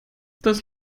das